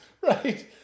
Right